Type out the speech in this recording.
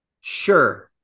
Sure